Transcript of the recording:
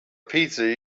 pizza